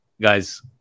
guys